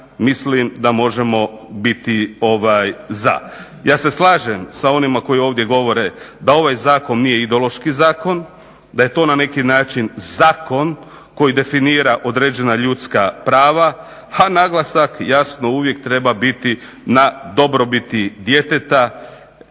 mislim da možemo biti za. Ja se slažem sa onima koji ovdje govore da ovaj zakon nije ideološki zakon, da je to na neki način zakon koji definira određena ljudska prava, a naglasak, jasno uvijek treba biti na dobrobiti djeteta,